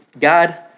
God